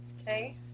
Okay